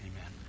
Amen